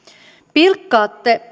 pilkkaatte